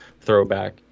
throwback